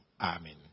amen